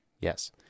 Yes